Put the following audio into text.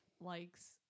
likes